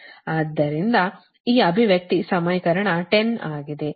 ಆದ್ದರಿಂದ ಈ ಅಭಿವ್ಯಕ್ತಿ ಸಮೀಕರಣ 10 ಆಗಿದೆ